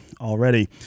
already